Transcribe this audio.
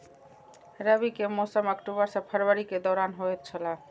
रबी के मौसम अक्टूबर से फरवरी के दौरान होतय छला